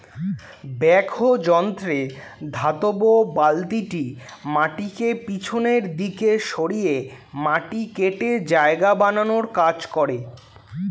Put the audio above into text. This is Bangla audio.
ব্যাকহো যন্ত্রে ধাতব বালতিটি মাটিকে পিছনের দিকে সরিয়ে মাটি কেটে জায়গা বানানোর কাজ করে